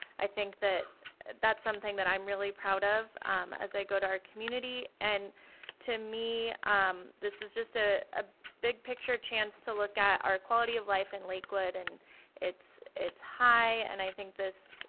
i think that that's something that i'm really proud of as i go to our community and to me um this is just a ah big picture chance to look at our quality of life in lakewood. and it's it's high and i think this